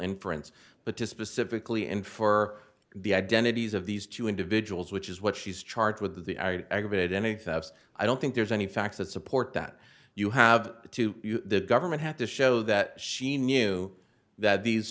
inference but to specifically and for the identities of these two individuals which is what she's charged with the aggregate any i don't think there's any facts to support that you have to the government have to show that she knew that these